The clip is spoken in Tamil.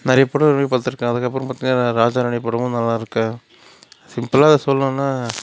நிறையா படம் இதுமாரி பார்த்துருக்கேன் அதுக்கப்புறம் பார்த்திங்கனா ராஜா ராணி படமும் நல்லாயிருக்கும் சிம்பிளாக சொல்லணுனா